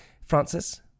Francis